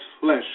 flesh